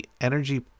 energy